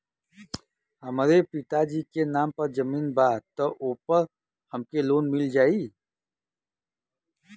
हमरे पिता जी के नाम पर जमीन बा त ओपर हमके लोन मिल जाई?